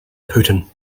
putin